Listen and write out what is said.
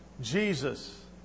Jesus